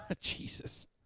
Jesus